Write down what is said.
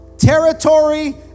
territory